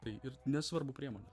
tai ir nesvarbu priemonės